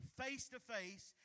face-to-face